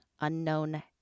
unknown